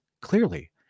clearly